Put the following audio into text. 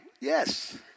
yes